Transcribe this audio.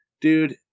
dude